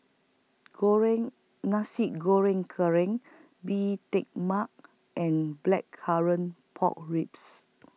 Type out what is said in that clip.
Goreng Nasi Goreng Kerang Bee Tai Mak and Blackcurrant Pork Ribs